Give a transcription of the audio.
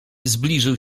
zbliżył